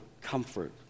comfort